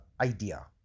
idea